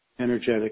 energetic